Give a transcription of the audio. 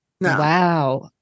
Wow